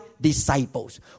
disciples